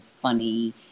funny